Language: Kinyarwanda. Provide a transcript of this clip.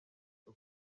uko